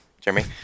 Jeremy